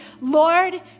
Lord